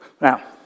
now